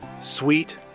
sweet